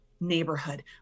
neighborhood